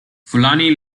fulani